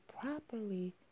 properly